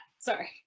Sorry